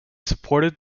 supported